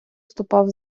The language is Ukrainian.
ступав